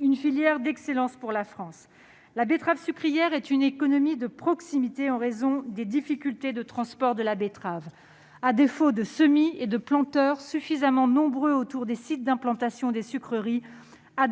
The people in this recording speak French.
une filière d'excellence pour la France. La betterave sucrière est une économie de proximité, en raison des difficultés de transport de la betterave. À défaut de semis et de planteurs suffisamment nombreux autour des sites d'implantation des sucreries,